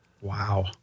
Wow